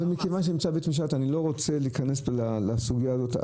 אבל מכיוון שזה נמצא בבית משפט אני לא רוצה להיכנס לסוגיה הזאת.